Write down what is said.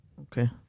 Okay